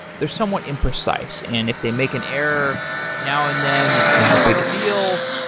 they're somewhat imprecise, and if they make an error now and then, it's not a big deal.